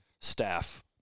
staff